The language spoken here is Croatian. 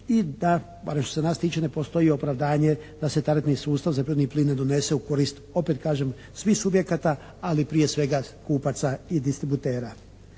i da barem što se nas tiče ne postoji opravdanje da se tarifni sustav za prirodni plin ne donese u korist opet kažem svih subjekata ali prije svega kupaca i distributera.